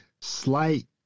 slight